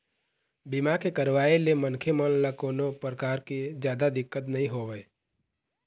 बीमा के करवाय ले मनखे मन ल कोनो परकार के जादा दिक्कत नइ होवय